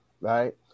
right